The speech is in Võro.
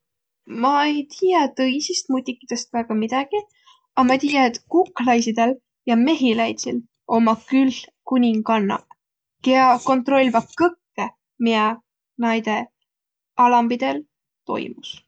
Ma ei tiiäq tõisist mutikidõst väega midägi, a ma tiiä, et kuiklaisidõl ja mehiläidsil ommaq külh kuningannaq, kiä kontrolvaq kõkkõ, miä näide alambidõl toimus.